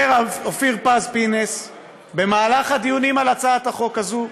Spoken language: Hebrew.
אומר אופיר פינס-פז במהלך הדיונים על הצעת החוק הזו: